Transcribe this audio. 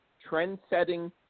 trend-setting